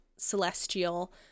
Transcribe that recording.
celestial